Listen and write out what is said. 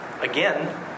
Again